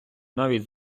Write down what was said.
навіть